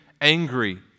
angry